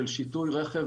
של שיטוי רכב